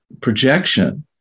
projection